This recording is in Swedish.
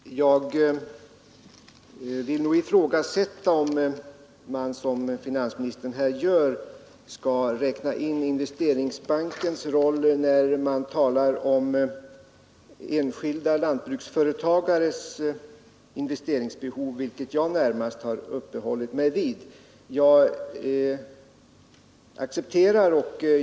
Herr talman! Jag vill nog ifrågasätta om man som finansministern gör kan räkna med Investeringsbankens roll i sammanhanget. Jag har närmast uppehållit mig vid de enskilda lantbruksföretagarnas investeringsbehov.